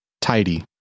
Tidy